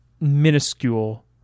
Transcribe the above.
minuscule